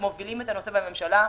מובילים את הנושא בממשלה.